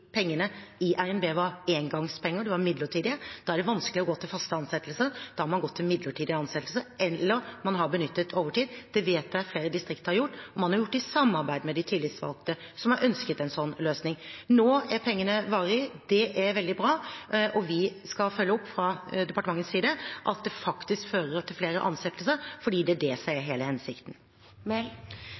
man gått til midlertidige ansettelser eller benyttet overtid, og det vet jeg at flere distrikter har gjort. Man har gjort det i samarbeid med de tillitsvalgte, som har ønsket en slik løsning. Nå er pengene varige, det er veldig bra, og vi skal følge opp fra departementets side at det faktisk fører til flere ansettelser, fordi det er det som er hele hensikten.